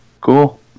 Cool